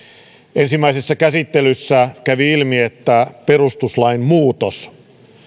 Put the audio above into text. ensimmäisessä käsittelyssä kävi ilmi että perustuslain muutos